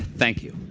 thank you.